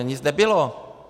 Nic nebylo!